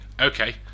okay